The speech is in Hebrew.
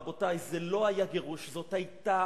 רבותי, זה לא היה גירוש, זאת היתה